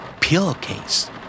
Pillowcase